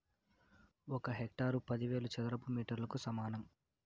ఒక హెక్టారు పదివేల చదరపు మీటర్లకు సమానం